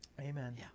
Amen